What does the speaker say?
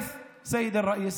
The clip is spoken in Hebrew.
(אומר דברים בשפה הערבית,